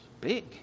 big